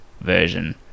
version